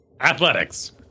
athletics